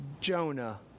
Jonah